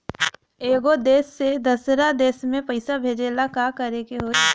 एगो देश से दशहरा देश मे पैसा भेजे ला का करेके होई?